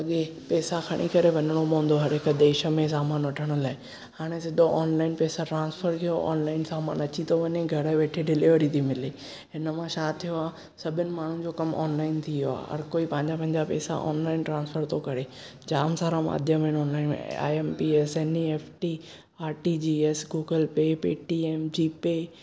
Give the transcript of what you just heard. अॻे पैसा खणी करे वञणो पवंदो हो हर हिकु देश में सामान वठण लाए हाणे सिधो ऑनलाइन पैसा ट्रांसफर करियो ऑनलाइन सामानु अची थो वञे घरु वेठे डिलिवरी थी मिले हिन मां छा थियो आ सभिनी माण्हुनि जो कमु ऑनलाइन थी वियो आहे हर को पंहिंजा पंहिंजा पैसा ऑनलाइन ट्रांसफ़र थो करे जाम सारा माध्यम आहिनि ऑनलाइन में I M P S N E F T R T G S Google Pay Paytm G pay